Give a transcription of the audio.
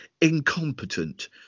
incompetent